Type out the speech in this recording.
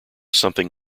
something